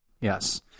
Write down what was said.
Yes